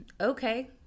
okay